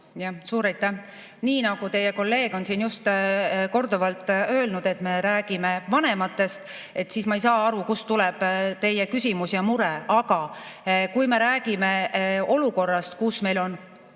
Suur aitäh! Nii nagu teie kolleeg on siin korduvalt öelnud: me räägime vanematest. Ma ei saa aru, kust tuleb teie küsimus ja mure. Aga kui me räägime olukorrast, kus meil on